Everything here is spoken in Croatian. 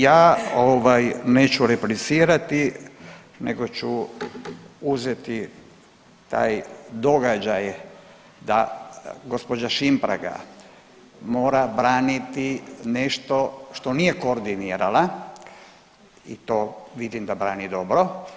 Ja ovaj neću replicirati nego ću uzeti taj događaj da gospođa Šimpraga mora braniti nešto što nije koordinirala i to vidim da brani dobro.